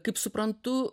kaip suprantu